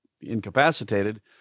incapacitated